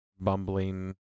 bumbling